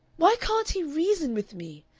why can't he reason with me,